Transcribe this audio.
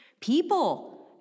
people